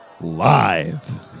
live